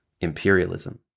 imperialism